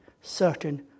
certain